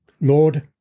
Lord